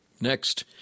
Next